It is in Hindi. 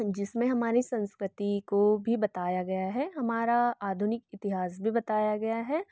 जिसमें हमारे संस्कृति को भी बताया गया है हमारा आधुनिक इतिहास भी बताया गया है